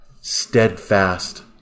steadfast